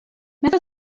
ماذا